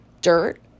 Dirt